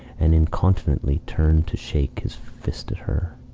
and incontinently turned to shake his fist at her.